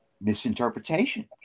misinterpretation